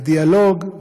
בדיאלוג,